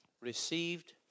received